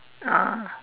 ah